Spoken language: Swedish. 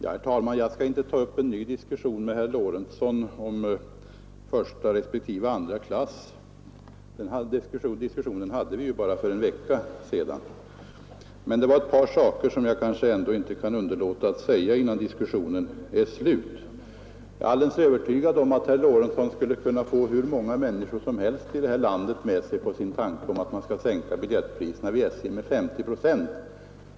Herr talman! Jag skall inte ta upp en ny diskususion med herr Lorentzon om första respektive andra klass; en sådan hade vi ju för bara en vecka sedan. Men det är ett par saker som jag inte kan underlåta att säga innan vårt meningsbyte är slut. Jag är alldeles övertygad om att herr Lorentzon skulle kunna få hur många människor som helst i detta land med på sin tanke att SJ:s biljettpriser skall sänkas med 50 procent.